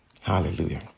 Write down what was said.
Hallelujah